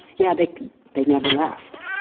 yeah, they they never left,